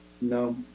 No